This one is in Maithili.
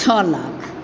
छओ लाख